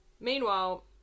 Meanwhile